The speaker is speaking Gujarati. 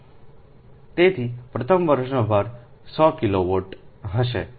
તેથી પ્રથમ વર્ષનો ભાર 100 કિલોવોટ હશે